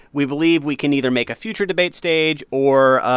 we believe we can either make a future debate stage or,